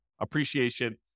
appreciation